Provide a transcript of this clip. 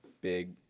big